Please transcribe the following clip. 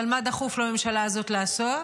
אבל מה דחוף לממשלה הזאת לעשות?